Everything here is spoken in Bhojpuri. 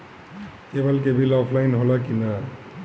केबल के बिल ऑफलाइन होला कि ना?